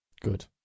Good